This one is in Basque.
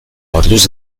orduz